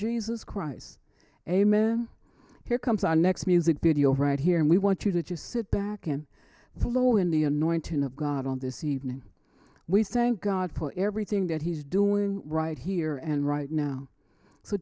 jesus christ amen here comes on next music video right here and we want you to just sit back and flow in the annoying tune of god on this evening we thank god for everything that he's doing right here and right now so